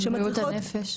של בריאות הנפש.